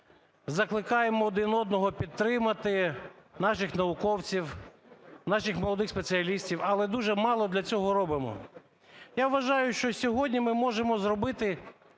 закликаємо один одного підтримати наших науковців, наших молодих спеціалістів, але дуже мало для цього робимо. Я вважаю, що сьогодні ми можемо зробити